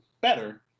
better